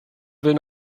will